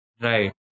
Right